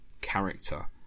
character